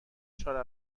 چهار